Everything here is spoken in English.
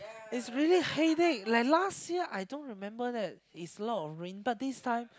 is really headache like last year I don't remember that is a lot of rain but this time